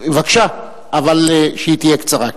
בבקשה, אבל שהיא תהיה קצרה.